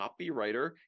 copywriter